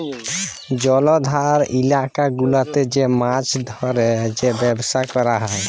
জলাধার ইলাকা গুলাতে যে মাছ ধ্যরে যে ব্যবসা ক্যরা হ্যয়